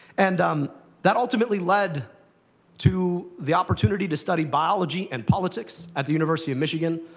and um that ultimately led to the opportunity to study biology and politics at the university of michigan.